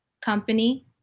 company